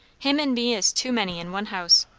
him and me is too many in one house.